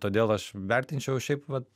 todėl aš vertinčiau šiaip vat